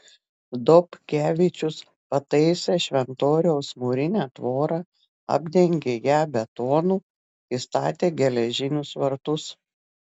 dobkevičius pataisė šventoriaus mūrinę tvorą apdengė ją betonu įstatė geležinius vartus